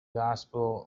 gospel